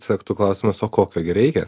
sektų klausimas o kokio gi reikia